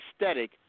aesthetic